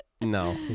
no